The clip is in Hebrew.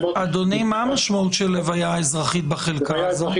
אדוני, מה המשמעות של לוויה אזרחית בחלקה הזו?